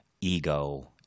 ego